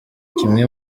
kimwe